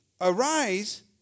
Arise